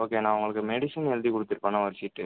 okay நான் உங்களுக்கு medicine எழுதி கொடுத்துருப்பேனே ஒரு சீட்டு